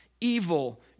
evil